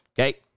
okay